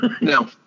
No